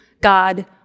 God